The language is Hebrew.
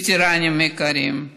וטרנים יקרים.